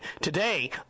today